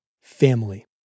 Family